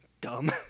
dumb